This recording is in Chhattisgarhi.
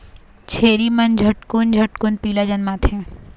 छेरी मन झटकुन झटकुन पीला जनमाथे